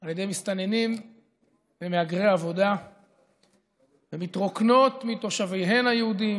על ידי מסתננים ומהגרי עבודה ומתרוקנות מתושביהן היהודים,